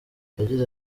yagize